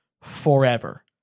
forever